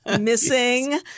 missing